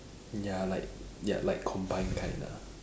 ya like ya like combine kind ah